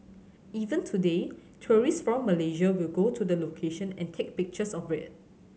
even today tourist from Malaysia will go to the location and take pictures of it